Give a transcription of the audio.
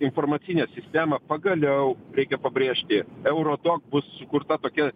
informacinę sistemą pagaliau reikia pabrėžti euro dok bus sukurta tokia